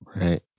Right